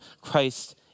Christ